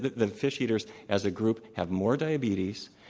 the fish eaters as a group have more diabetes.